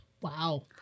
Wow